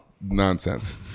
nonsense